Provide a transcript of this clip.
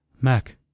mac